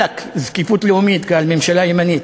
עלק זקיפות לאומית, ממשלה ימנית.